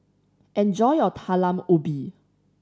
enjoy your Talam Ubi